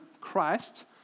Christ